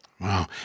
Wow